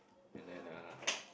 and then uh